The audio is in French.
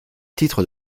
titres